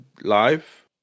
live